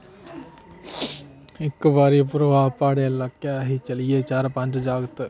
इक बारी भ्रावा प्हाड़ी इलाके अस चलिये चार पंज जागत